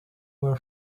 were